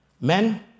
Men